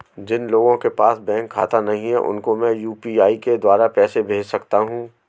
जिन लोगों के पास बैंक खाता नहीं है उसको मैं यू.पी.आई के द्वारा पैसे भेज सकता हूं?